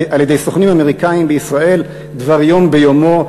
סוכנים אמריקנים בישראל דבר יום ביומו,